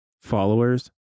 followers